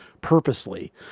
purposely